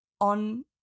on